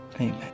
amen